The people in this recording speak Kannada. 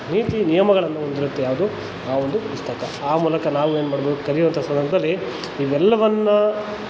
ನೀತಿ ನಿಯಮಗಳನ್ನು ಹೊಂದಿರತ್ತೆ ಯಾವುದು ಆ ಒಂದು ಪುಸ್ತಕ ಆ ಮೂಲಕ ನಾವೇನು ಮಾಡಬೇಕು ಕಲಿಯುವಂಥ ಸಂದರ್ಭದಲ್ಲಿ ಇವೆಲ್ಲವನ್ನು